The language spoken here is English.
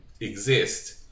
exist